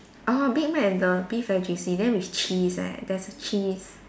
orh Big Mac is the beef very juicy then with cheese leh there's a cheese